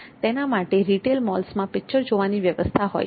તેના માટે રિટેલ મોલ્સમાં પિક્ચર જોવાની વ્યવસ્થા હોય છે